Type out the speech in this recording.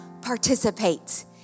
participate